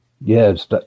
Yes